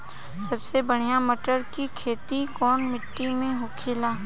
सबसे बढ़ियां मटर की खेती कवन मिट्टी में होखेला?